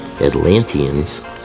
Atlanteans